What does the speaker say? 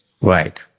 Right